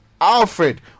Alfred